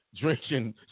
drinking